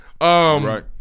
Right